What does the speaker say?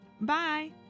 Bye